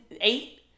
eight